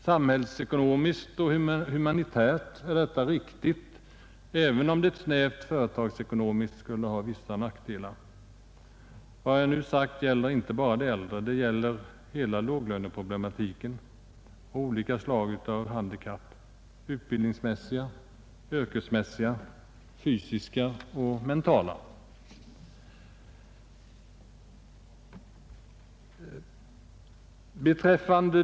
Samhällsekonomiskt och humanitärt är detta riktigt, även om det snävt företagsekonomiskt skulle ha vissa nackdelar. Vad jag nu sagt gäller inte bara de äldre, utan det gäller hela låglönegruppen och människor med olika slag av handikapp: utbildningsmässiga, yrkesmässiga, fysiska och mentala.